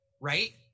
right